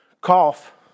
cough